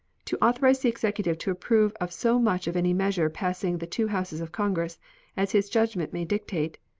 to authorize the executive to approve of so much of any measure passing the two houses of congress as his judgment may dictate,